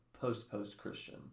post-post-Christian